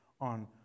on